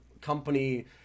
company